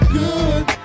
good